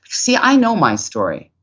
see, i know my story.